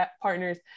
partners